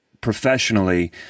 professionally